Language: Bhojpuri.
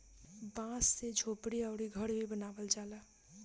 बांस से झोपड़ी अउरी घर भी बनावल जाला